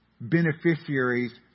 beneficiaries